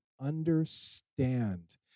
understand